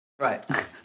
Right